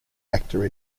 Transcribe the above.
actor